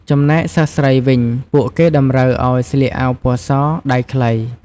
ចំណែកសិស្សស្រីវិញ ពួកគេតម្រូវឲ្យស្លៀកអាវពណ៌ស ដៃខ្លី។